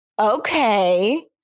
okay